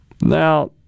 Now